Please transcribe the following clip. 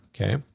Okay